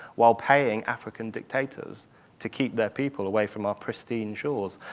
while paying african dictators to keep their people away from our pristine shores.